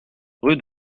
rue